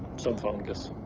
some fungus.